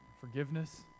forgiveness